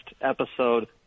episode